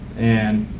and